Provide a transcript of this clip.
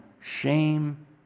shame